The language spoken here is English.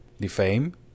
defame